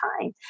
time